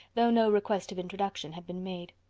though no request of introduction had been made.